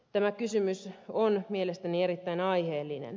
tämä kysymys on mielestäni erittäin aiheellinen